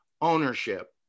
ownership